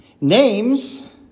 names